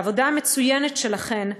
בעבודה המצוינת שלכן,